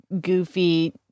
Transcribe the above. goofy